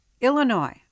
Illinois